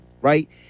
right